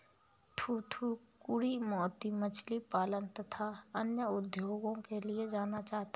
थूथूकुड़ी मोती मछली पालन तथा अन्य उद्योगों के लिए जाना जाता है